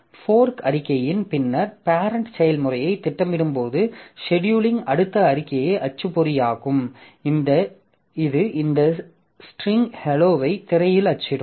fork அறிக்கையின் பின்னர் parent செயல்முறையை திட்டமிடும்போது செடியூலிங் அடுத்த அறிக்கை அச்சுப்பொறியாகும் இது இந்த ஸ்ட்ரிங் helloவை திரையில் அச்சிடும்